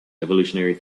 evolutionary